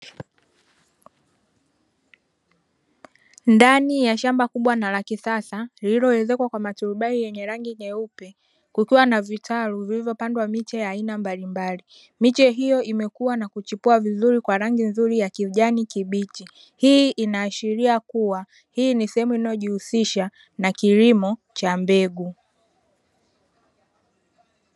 Ndani ya shamba kubwa na la kisasa lililoezekwa kwa maturubai yenye rangi nyeupe, kukiwa na vitalu vilivyopandwa miche ya aina mbalimbali. Miche hiyo imekua na kuchipua vizuri kwa rangi nzuri ya kijani kibichi. Hii inaashiria kuwa hii ni sehemu inayojihusisha na kilimo cha mbegu.